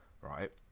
right